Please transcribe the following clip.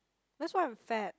that's why I'm fat